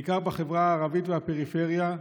בעיקר בחברה הערבית והפריפריה,